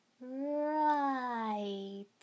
Right